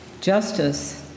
Justice